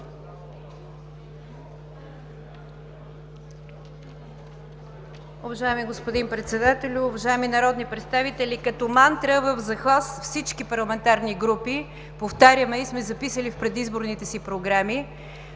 Уважаеми господин Председател, уважаеми народни представители! Като мантра в захлас всички парламентарни групи повтаряме и сме записали в предизборните си програми,